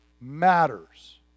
matters